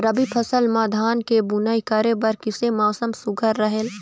रबी फसल म धान के बुनई करे बर किसे मौसम सुघ्घर रहेल?